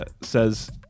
says